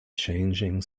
changing